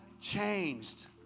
changed